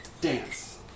dance